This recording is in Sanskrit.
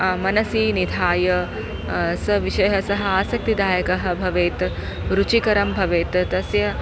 मनसि निधाय स विषयः सः आसक्तिदायकः भवेत् रुचिकरं भवेत् तस्य